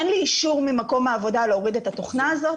אין לי אישור ממקום העבודה להוריד את התוכנה הזאת,